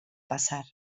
pasar